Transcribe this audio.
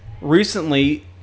recently